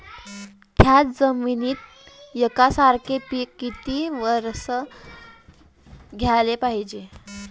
थ्याच जमिनीत यकसारखे पिकं किती वरसं घ्याले पायजे?